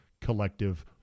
collective